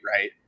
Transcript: right